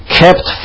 kept